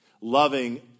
Loving